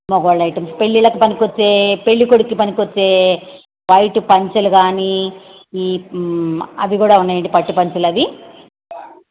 మగ వాళ్ళ ఐటంస్ పెళ్ళిళ్ళకి పనికి వచ్చే పెళ్ళి కొడుక్కి పనికి వచ్చే వైట్ పంచలు కాని ఈ అవి కూడా ఉన్నాయండి పట్టు పంచలు అవి